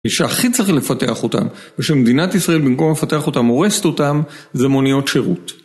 מי שהכי צריך לפתח אותם, ושמדינת ישראל במקום לפתח אותם, הורסת אותם, זה מוניות שירות.